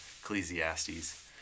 Ecclesiastes